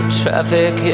traffic